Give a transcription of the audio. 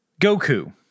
Goku